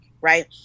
right